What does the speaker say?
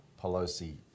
Pelosi